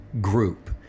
group